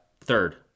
third